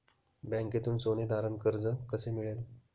बँकेतून सोने तारण कर्ज कसे मिळेल?